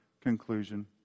conclusion